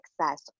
success